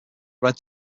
red